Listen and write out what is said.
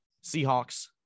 Seahawks